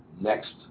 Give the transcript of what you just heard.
next